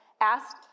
asked